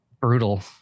brutal